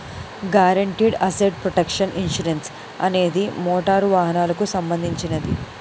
guaranteed asset protection insurance అనేది motor వాహనాలకు సంబంధించినది